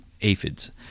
aphids